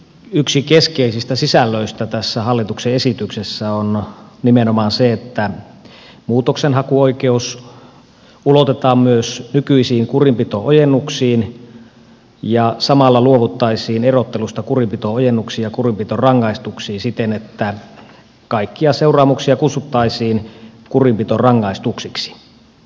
yksi keskeisistä sisällöistä tässä hallituksen esityksessä on nimenomaan se että muutoksenhakuoi keus ulotetaan myös nykyisiin kurinpito ojennuksiin ja samalla luovuttaisiin erottelusta kurinpito ojennuksiin ja kurinpitorangaistuksiin siten että kaikkia seuraamuksia kutsuttaisiin kurinpitorangaistuksiksi